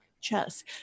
chess